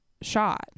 shot